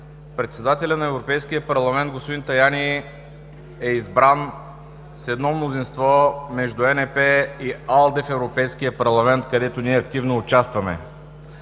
председателят на Европейския парламент господин Таяни е избран с едно мнозинство между ЕНП и АЛДЕ в Европейския парламент, където ние активно участваме.